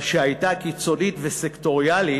שהייתה קיצונית וסקטוריאלית,